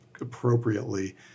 appropriately